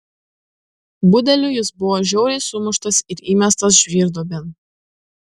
budelių jis buvo žiauriai sumuštas ir įmestas žvyrduobėn